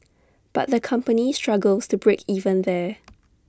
but the company struggles to break even there